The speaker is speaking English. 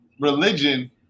religion